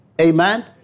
Amen